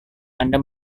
anda